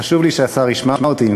חשוב שהשר ישמע אותי.